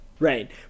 Right